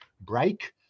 break